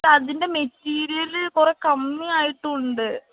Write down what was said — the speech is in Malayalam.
അതിൻ്റെ മെറ്റീരിയൽ കുറേ കമ്മിയായിട്ടുമുണ്ട്